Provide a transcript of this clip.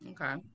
Okay